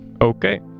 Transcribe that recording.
Okay